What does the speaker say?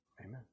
amen